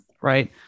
Right